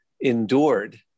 endured